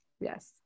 Yes